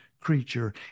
creature